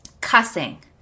cussing